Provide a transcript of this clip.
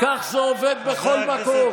כך זה עובד בכל מקום.